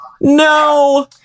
No